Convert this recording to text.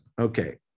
Okay